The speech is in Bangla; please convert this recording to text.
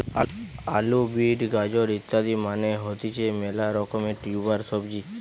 আলু, বিট, গাজর ইত্যাদি মানে হতিছে মেলা রকমের টিউবার সবজি